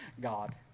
God